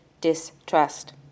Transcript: distrust